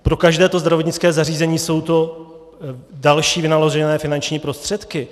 Pro každé zdravotnické zařízení jsou to další vynaložené finanční prostředky.